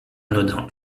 anodin